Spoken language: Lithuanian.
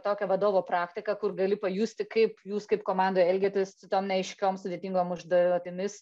tokią vadovo praktiką kur gali pajusti kaip jūs kaip komanda elgiatės su tom neaiškiom sudėtingom užduotimis